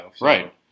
right